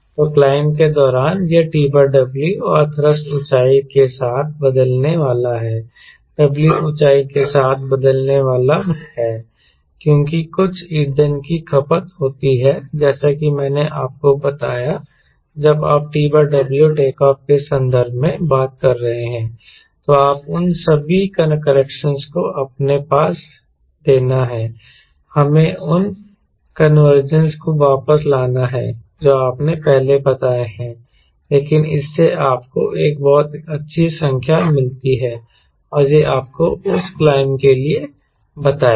तो क्लाइंब के दौरान यह TW और थ्रस्ट ऊंचाई के साथ बदलने वाला है W ऊंचाई के साथ बदलने वाला है क्योंकि कुछ ईंधन की खपत होती है जैसा कि मैंने आपको बताया जब आप TW टेकऑफ़ के संदर्भ में बात कर रहे हैं तो आप उन सभी करेक्शनस को आपने वापस देना है हमें उन करेक्शनस को वापस लाना है जो आपने पहले बताए हैं लेकिन इससे आपको एक बहुत अच्छी संख्या मिलती है और यह आपको उस क्लाइंब के लिए बताएगा